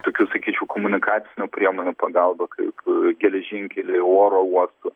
tokių sakyčiau komunikacinių priemonių pagalba kaip geležinkeliai oro uostų